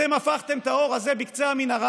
אתם הפכתם את האור הזה בקצה המנהרה